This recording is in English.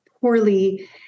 poorly